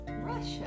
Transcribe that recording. Russia